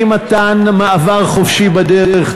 אי-מתן מעבר חופשי בדרך,